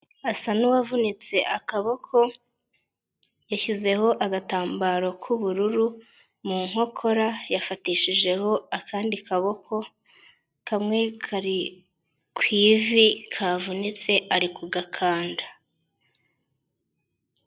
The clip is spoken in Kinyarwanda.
Asa n'uwavunitse akaboko yashyizeho agatambaro k'ubururu mu nkokora yafatishijeho akandi kaboko, kamwe kari ku ivi kavunitse ari kugakanda.